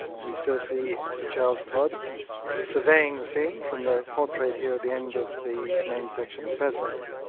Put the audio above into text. and we still see sir charles todd surveying the scene from the portrait here at the end of the main section of the post office.